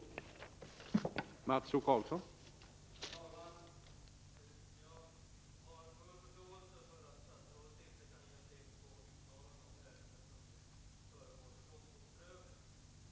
ER Så Peru Sr intressena i vattenmål